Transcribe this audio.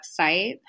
website